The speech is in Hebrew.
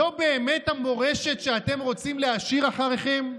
זו באמת המורשת שאתם רוצים להשאיר אחריכם?